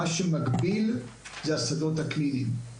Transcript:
ומה שמגביל זה השדות הקליניים.